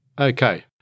Okay